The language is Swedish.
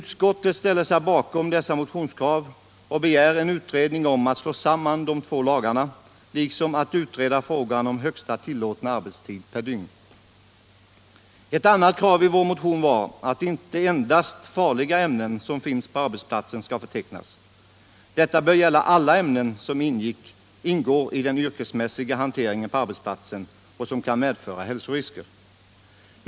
Utskottet ställer sig bakom dessa motionskrav och begär en utredning av möjligheterna att slå samman de två lagarna samt av frågan om högsta tillåtna arbetstid per dygn. Ett annat krav i vår motion var att inte endast farliga ämnen på arbetsplatsen skall förtecknas utan att detta bör gälla alla ämnen som ingår i den yrkesmässiga hanteringen på arbetsplatsen och som kan medföra hälsorisker.